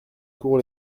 cour